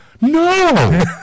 No